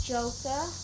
Joker